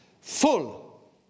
full